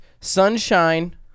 Sunshine